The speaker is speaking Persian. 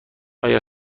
آیا